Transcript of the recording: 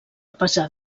pesar